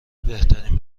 بهترین